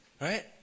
Right